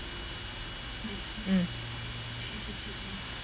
mm